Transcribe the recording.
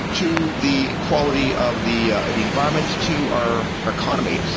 to the quality of the ah the environment, to our economy.